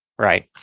Right